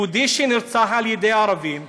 יהודי שנרצח על ידי ערבים,